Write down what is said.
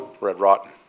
red-rotten